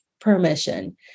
permission